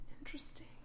Interesting